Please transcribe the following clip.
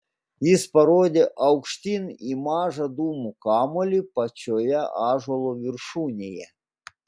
jis parodė aukštyn į mažą dūmų kamuolį pačioje ąžuolo viršūnėje